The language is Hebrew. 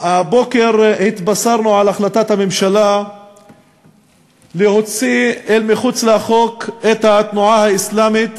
הבוקר התבשרנו על החלטת הממשלה להוציא אל מחוץ לחוק את התנועה האסלאמית,